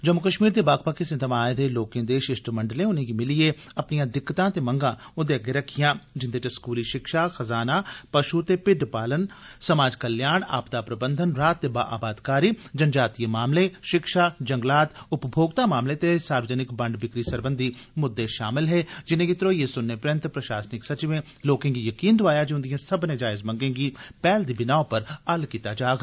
जम्मू कश्मीर दे बक्ख बक्ख हिस्से थमां आए दे लोकें दे शिष्टमंडलें उनेंगी मिलिएं अपनियां दिक्कतां ते मंगां उन्दे अग्गे रक्खियां जिन्दे च स्कूली शिक्षा खजाना पशु ते भिड्ड पालन समाज कल्याण आपदा प्रबंधन राह्त ते बाअवादकारी जनजातीय मामले शिक्षा जंगलात उपमोक्ता मामले ते सार्वजनिक बंड बिक्री सरबंधी मुद्दे शामल हे जिनेंगी घरोईएं सुनने परैंत प्रशासनिक सचिवें लोकें गी यकीन दोआया जे उन्दिएं सब्मनें जायज मंगें गी पैह्ल दी बिनाह पर हल कीता जाग